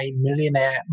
millionaire